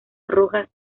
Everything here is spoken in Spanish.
rojas